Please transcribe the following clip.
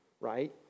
right